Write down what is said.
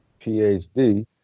PhD